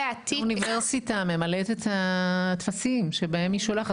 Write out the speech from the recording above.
האוניברסיטה ממלאת את הטפסים שבהם היא שולחת.